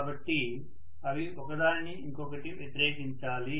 కాబట్టి అవి ఒకదానిని ఇంకొకటి వ్యతిరేకించాలి